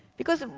because,